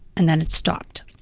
and then it stopped.